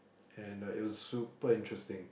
and the it was super interesting